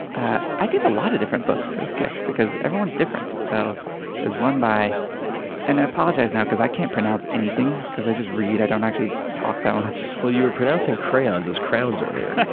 i i give a lot of different books as gifts because everyone's different. so there's one by and i apologize now because i can't pronounce anything because i i just read i don't actually talk that much. well, you were pronouncing crayons as crowns, earlier,